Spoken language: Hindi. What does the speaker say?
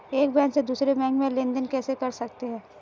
एक बैंक से दूसरे बैंक में लेनदेन कैसे कर सकते हैं?